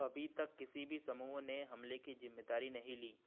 अभी तक किसी भी समूह ने हमलों की ज़िम्मेदारी नहीं ली